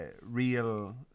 real